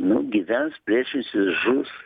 nu gyvens plėšys ir žus